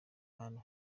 ahantu